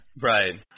Right